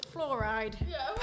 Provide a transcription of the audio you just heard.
Fluoride